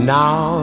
now